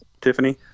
Tiffany